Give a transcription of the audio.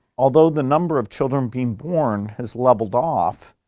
although the number of children being born has levelled off,